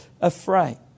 afraid